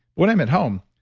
when i'm at home,